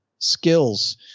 skills